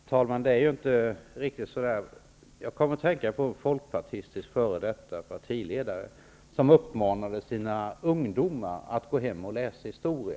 Herr talman! Det förhåller sig inte riktigt så som det här sägs. Jag kom att tänka på en folkpartistisk f.d. partiledare som uppmanade sina ungdomar att gå hem och läsa historia.